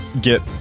get